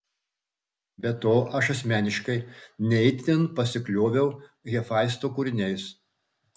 be to aš asmeniškai ne itin pasiklioviau hefaisto kūriniais